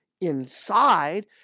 inside